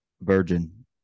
Virgin